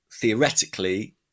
theoretically